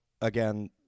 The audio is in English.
Again